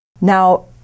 Now